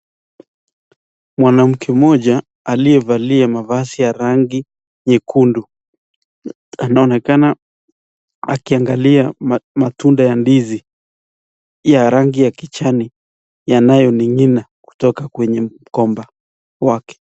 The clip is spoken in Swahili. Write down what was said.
Mwanamke mmoja aliyevalia mavazi ya rangi nyekundu. Anaonekana akiangalia matunda ya ndizi ya rangi ya kijani yanayoning'ina kutoka kwenye mgomba wake.